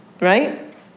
Right